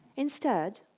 instead,